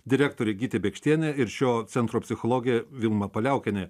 direktorė gytė bėkštienė ir šio centro psichologė vilma paliaukienė